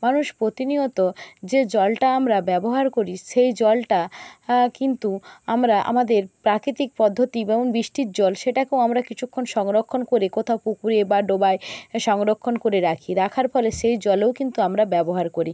মানুষ প্রতিনিয়ত যে জলটা আমরা ব্যবহার করি সেই জলটা কিন্তু আমরা আমাদের প্রাকৃতিক পদ্ধতি এবং বৃষ্টির জল সেটাকেও আমরা কিছুক্ষণ সংরক্ষণ করে কোথাও পুকুরে বা ডোবায় সংরক্ষণ করে রাখি রাখার পরে সেই জলেও কিন্তু আমরা ব্যবহার করি